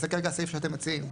זה כרגע הסעיף שאתם מציעים.